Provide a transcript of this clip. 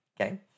Okay